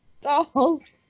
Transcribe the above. Dolls